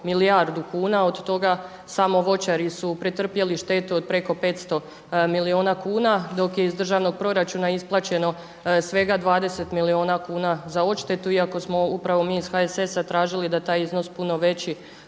milijardu kuna, od toga samo voćari su pretrpjeli štetu od preko 500 milijuna kuna dok je iz državnog proračuna isplaćeno svega 20 milijuna kuna za odštetu iako smo upravo mi iz HSS-a tražili da je taj iznos puno veći